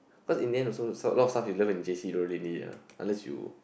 what is then you also learn lots of stuff you learn in J_C don't really ya unless you